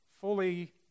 fully